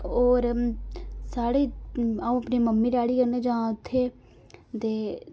और साढ़े अ'ऊं अपनी मम्मी डैडी कन्नै जां उत्थै दे